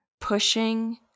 pushing